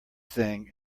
thing